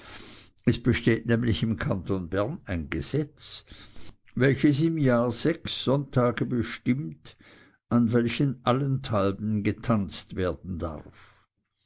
es besteht nämlich im kanton bern ein gesetz welches im jahr sechs sonntage bestimmt an welchen allenthalben getanzt werden darf